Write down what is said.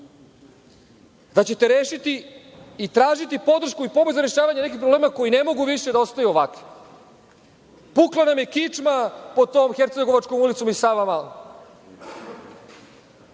da ćete rešiti i tražiti podršku i pomoć za rešavanje nekih problema koji ne mogu više da ostaju ovakvi. Pukla nam je kičma pod tom Hercegovačkom ulicom i Savamalom. Mi